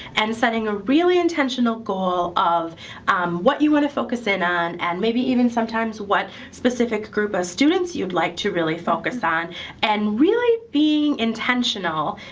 and setting a really intentional goal of what you want to focus in on and maybe even sometimes what specific group of students you'd like to really focus on and really being intentional.